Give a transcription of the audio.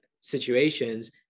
situations